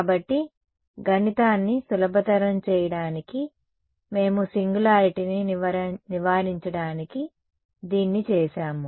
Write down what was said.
కాబట్టి గణితాన్ని సులభతరం చేయడానికి మేము సింగులారిటీని నివారించడానికి దీన్ని చేసాము